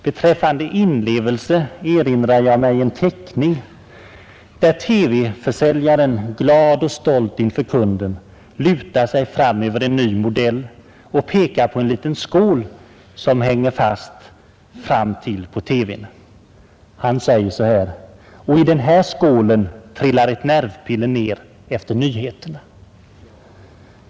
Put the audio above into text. Beträffande inlevelsen erinrar jag mig en teckning, där TV-försäljaren, glad och stolt inför kunden, lutar sig fram över en ny modell och pekar på en liten skål som hänger fast framtill på TV:n. Han säger: Och i den här skålen trillar ett nervpiller ner efter nyheterna!